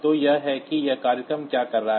तो यह है कि यह प्रोग्राम क्या कर रहा है